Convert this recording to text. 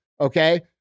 okay